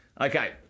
Okay